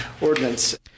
ordinance